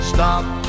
Stop